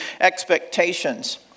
expectations